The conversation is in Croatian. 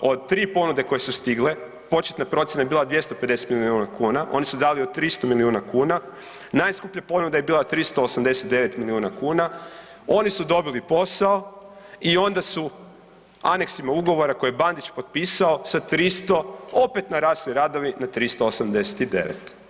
od tri ponude koje su stigle, početna procjena je bila 250 milijuna kuna, oni su dali od 300 milijuna kuna, najskuplja ponuda je bila 389 milijuna kuna, oni su dobili posao i onda su aneksima ugovora koje je Bandić potpisao sa 300 opet narasli radovi na 389.